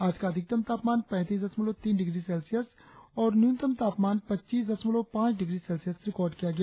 आज का अधिकतम तापमान पैतीस दशमलव तीन डिग्री सेल्सियस और न्यूनतम तापमान पच्चीस दशमलव पांच डिग्री सेल्सियस रिकार्ड किया गया